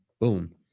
boom